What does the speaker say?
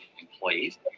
employees